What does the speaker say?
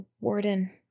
warden